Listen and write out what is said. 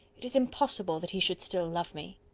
it is impossible that he should still love me.